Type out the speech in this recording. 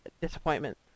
disappointment